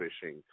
fishing